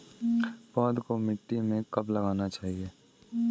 पौधों को मिट्टी में कब लगाना चाहिए?